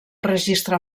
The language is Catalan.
registre